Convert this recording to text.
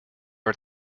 are